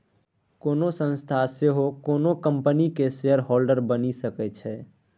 कोनो संस्था सेहो कोनो कंपनीक शेयरहोल्डर बनि सकै छै